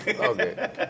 Okay